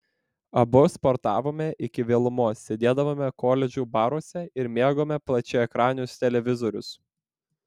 abu sportavome iki vėlumos sėdėdavome koledžų baruose ir mėgome plačiaekranius televizorius